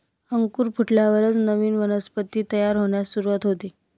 अंकुर फुटल्यावरच नवीन वनस्पती तयार होण्यास सुरूवात होते